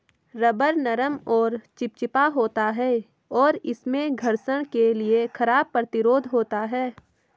rubber नरम और चिपचिपा होता है, और इसमें घर्षण के लिए खराब प्रतिरोध होता है